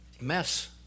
mess